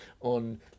on